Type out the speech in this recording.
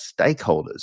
stakeholders